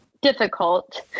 difficult